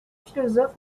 philosophes